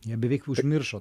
jie beveik užmiršo